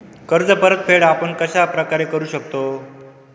कर्ज परतफेड आपण कश्या प्रकारे करु शकतो?